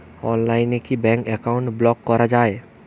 অনলাইনে কি bank account block করা য়ায়?